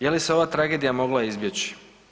Je li se ova tragedija mogla izbjeći?